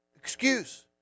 excuse